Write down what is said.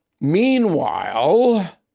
Meanwhile